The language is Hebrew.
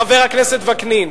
חבר הכנסת וקנין.